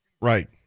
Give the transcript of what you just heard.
Right